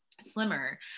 slimmer